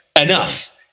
enough